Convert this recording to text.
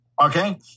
Okay